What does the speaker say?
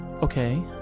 Okay